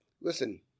listen